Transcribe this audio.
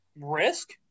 Risk